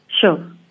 Sure